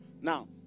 Now